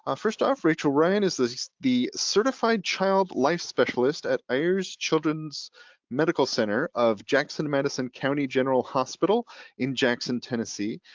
ah first off, rachel ryan is the certified child life specialist at ayers children's medical center of jackson madison county general hospital in jackson, tennessee,